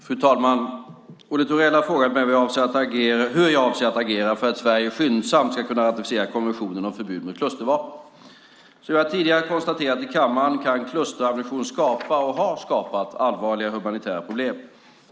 Fru talman! Olle Thorell har frågat mig hur jag avser att agera för att Sverige skyndsamt ska kunna ratificera konventionen om förbud mot klustervapen. Som jag tidigare konstaterat i kammaren kan klusterammunition skapa, och har skapat, allvarliga humanitära problem.